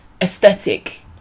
aesthetic